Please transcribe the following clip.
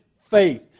faith